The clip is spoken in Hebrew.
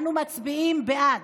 אנו מצביעים בעד.